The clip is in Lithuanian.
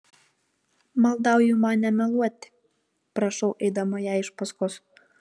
maldauju man nemeluoti prašau eidama jai iš paskos